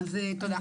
תודה.